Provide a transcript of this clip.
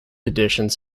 editions